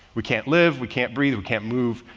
we can't live, we can't breathe, we can't move.